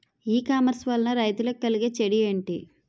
ఈ కామర్స్ వలన రైతులకి కలిగే చెడు ఎంటి?